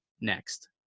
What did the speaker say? next